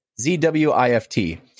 Z-W-I-F-T